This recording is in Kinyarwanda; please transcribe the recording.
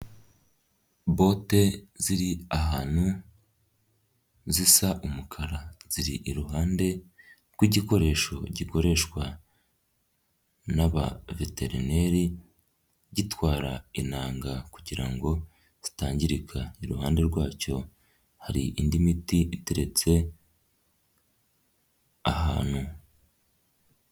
Bote ziri ahantu zisa umukara, ziri iruhande rw'igikoresho gikoreshwa n'abaveterineri, gitwara intanga kugira ngo zitangirika, iruhande rwacyo hari indi miti iteretse ahantu.